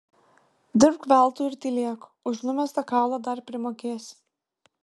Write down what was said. dirbk veltui ir tylėk už numestą kaulą dar primokėsi